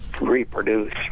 reproduce